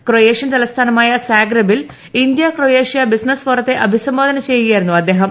Croatian തലസ്ഥാനമായ സാഗ്റെബിൽ India Croatia business ഫോറത്തെ അഭിസംബോധന ചെയ്യുകയായിരുന്നു അദ്ദേഹം